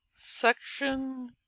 section